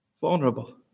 Vulnerable